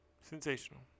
sensational